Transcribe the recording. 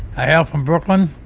i hail from brooklyn.